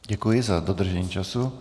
Děkuji za dodržení času.